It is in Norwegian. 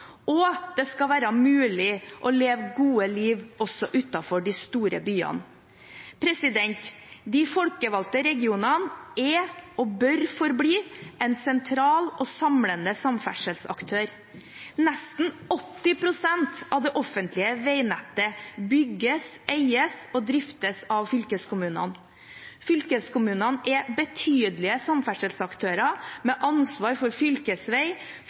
Og det skal være mulig å leve gode liv også utenfor de store byene. De folkevalgte regionene er og bør forbli sentrale og samlende samferdselsaktører. Nesten 80 pst. av det offentlige veinettet bygges, eies og driftes av fylkeskommunene. Fylkeskommunene er betydelige samferdselsaktører med ansvar for